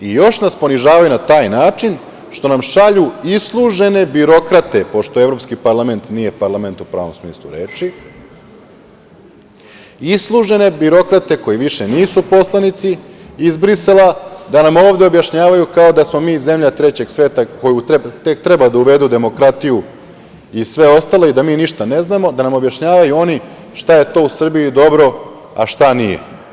I još nas ponižavaju na taj način što nam šalju islužene birokrate, pošto Evropski parlament nije parlament u pravnom smislu reči, islužene birokrate koje više nisu poslanici iz Brisela da nam ovde objašnjavaju, kao da smo mi zemlja trećeg sveta u koju tek treba da uvedu demokratiju i sve ostalo i da mi ništa ne znamo, da nam objašnjavaju oni šta je to u Srbiji dobro, a šta nije.